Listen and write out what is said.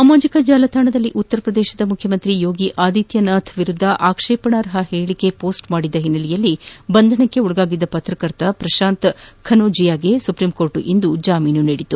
ಸಾಮಾಜಿಕ ಜಾಲತಾಣದಲ್ಲಿ ಉತ್ತರಪ್ರದೇಶ ಮುಖ್ಶಿಮಂತ್ರಿ ಯೋಗಿ ಆದಿತ್ಯನಾಥ್ ಅವರ ವಿರುದ್ದ ಆಕ್ಷೇಪಣಾರ್ಹ ಹೇಳಿಕೆ ನಮೂದಿಸಿದ ಹಿನ್ನೆಲೆಯಲ್ಲಿ ಬಂಧನಕ್ಕೊಳಗಾಗಿದ್ದ ಪತ್ರಕರ್ತ ಪ್ರತಾಂತ್ ಕನೋಜಿಯಾಗೆ ಸುಪ್ರಿಂಕೋರ್ಟ್ ಜಾಮೀನು ನೀಡಿದೆ